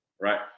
right